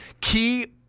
key